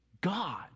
God